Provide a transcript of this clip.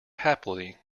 happily